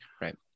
Right